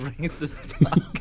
racist